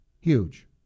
Huge